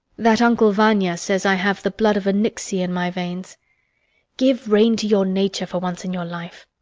that uncle vanya says i have the blood of a nixey in my veins give rein to your nature for once in your life!